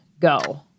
Go